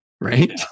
right